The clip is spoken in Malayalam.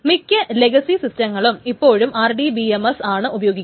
മിക്ക ലെഗസി സിസ്റ്റങ്ങളും ഇപ്പൊഴും RDBMS ആണ് ഉപയോഗിക്കുന്നത്